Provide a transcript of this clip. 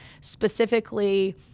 specifically